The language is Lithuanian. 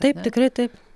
taip tikrai taip